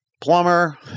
plumber